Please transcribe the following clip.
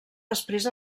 després